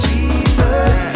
Jesus